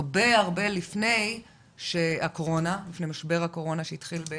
הרבה-הרבה לפני משבר הקורונה שהתחיל ב-2020.